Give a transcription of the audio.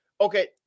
okay